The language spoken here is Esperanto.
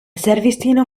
servistino